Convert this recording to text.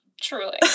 Truly